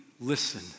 listen